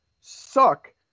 suck